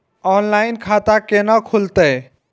Online खाता केना खुलते?